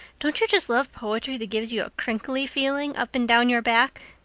don't you just love poetry that gives you a crinkly feeling up and down your back?